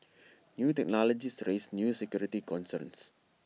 new technologies raise new security concerns